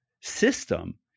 system